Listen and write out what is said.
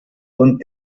und